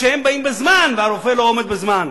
כשהם באים בזמן והרופא לא עומד בזמן,